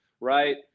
right